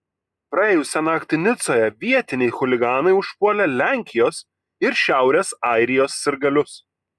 praėjusią naktį nicoje vietiniai chuliganai užpuolė lenkijos ir šiaurės airijos sirgalius